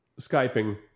Skyping